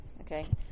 Okay